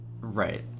Right